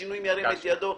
שינויים ירים את ידו.